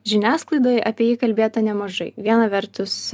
žiniasklaidoj apie jį kalbėta nemažai viena vertus